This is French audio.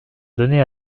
donner